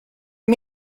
you